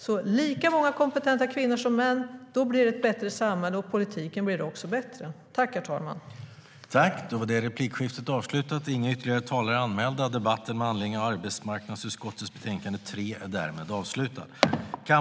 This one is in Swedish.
Jämställdhet och åtgärder mot diskriminering